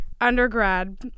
undergrad